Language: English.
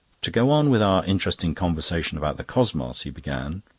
to go on with our interesting conversation about the cosmos, he began,